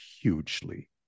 hugely